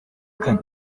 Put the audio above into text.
kane